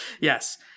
yes